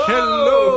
Hello